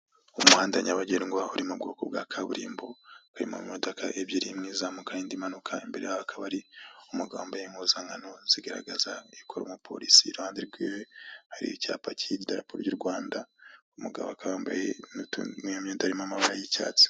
Umuhanda nyabagendwa aho uri mu bwoko bwa kaburimbo, uri mo imodoka ebyiri imwe izamuka, indi imanuka, imbere yaho hakaba hari umugabo wambaye impuzankano zigaragaza yuko ari umupolisi, iruhande rwiwe hari icyapa kiriho idarapo ry'u Rwanda, umugabo akaba yambaye yamyenda irimo amabara y'icyatsi.